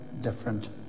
different